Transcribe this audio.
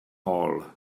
hall